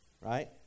right